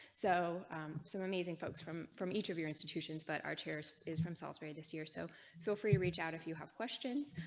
so some amazing folks from from each of your institutions but our terrace is from salisbury this year. so feel free to reach out if you have questions.